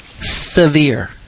Severe